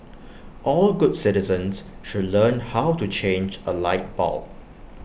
all good citizens should learn how to change A light bulb